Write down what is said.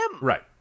Right